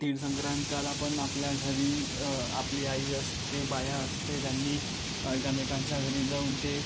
तीळ संक्रांतीला पण आपल्या घरी आपली आई असते बाया असते त्यांनी एकमेकांच्या घरी जाऊन ते